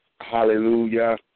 Hallelujah